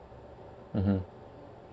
mmhmm